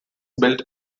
built